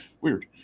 Weird